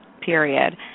period